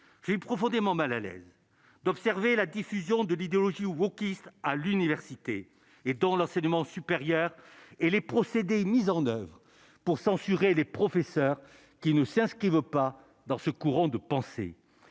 suis profondément mal à l'aise d'observer la diffusion de l'idéologie ou gauchiste à l'université et dans l'enseignement supérieur et les procédés mis en oeuvre pour censurer les professeurs qui nous sert, ce qui ne veut pas dans ce courant de pensée,